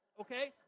okay